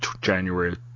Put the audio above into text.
January